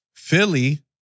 Philly